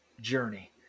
journey